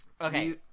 Okay